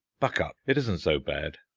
buck up! it isn't so bad.